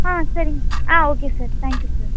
ஆ சரிங்க ஆ okay sir thank you sir